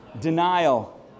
denial